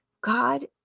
God